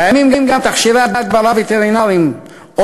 קיימים גם תכשירי הדברה וטרינריים או